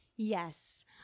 Yes